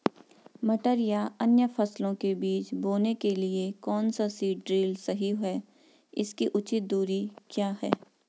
मटर या अन्य फसलों के बीज बोने के लिए कौन सा सीड ड्रील सही है इसकी उचित दूरी क्या है?